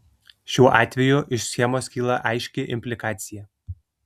šiuo atveju iš schemos kyla aiški implikacija